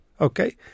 okay